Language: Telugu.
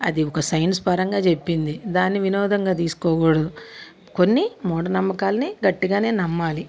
అది ఒక సైన్స్ పరంగా చెప్పింది దాన్ని వినోదంగా తీసుకోకూడదు కొన్ని మూఢనమ్మకాల్ని గట్టిగానే నమ్మాలి